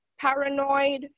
paranoid